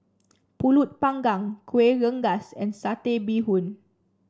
pulut Panggang Kueh Rengas and Satay Bee Hoon